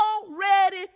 already